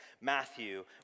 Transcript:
Matthew